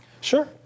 Sure